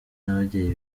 n’ababyeyi